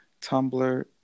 Tumblr